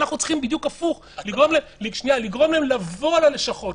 אנחנו צריכים בדיוק הפוך לגרום להם לבוא ללשכות,